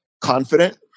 confident